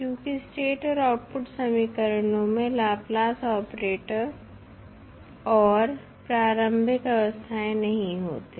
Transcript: क्योंकि स्टेट एवं आउटपुट समीकरणों में लाप्लास ऑपरेटर s और प्रारंभिक अवस्थाएं नहीं होते